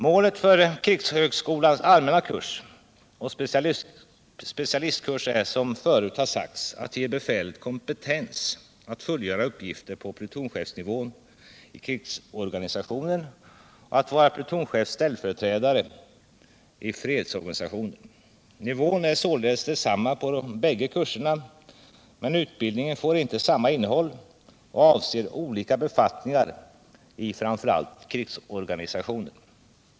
Målet för krigshögskolans allmänna kurs och specialistkurs är, som förut har sagts, att ge befälet kompetens att fullgöra uppgifter på plutonchefsnivån i krigsorganisationen och att vara plutonchefs ställföreträdare i fredsorganisationen. Nivån är således densamma på bägge kurserna, men utbildningen får inte samma innehåll och avser olika befattningar i framför allt krigsorganisationen.